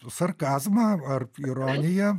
sarkazmą ar ironiją